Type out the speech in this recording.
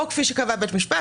או כפי שקבע בית המשפט",